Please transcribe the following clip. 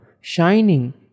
shining